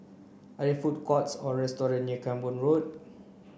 are they food courts or near Camborne Road